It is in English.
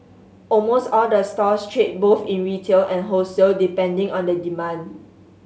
almost all the stores trade both in retail and wholesale depending on the demand